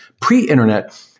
Pre-internet